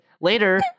later